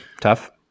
Tough